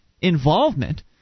involvement